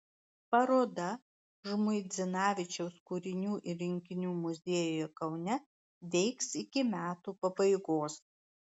paroda žmuidzinavičiaus kūrinių ir rinkinių muziejuje kaune veiks iki metų pabaigos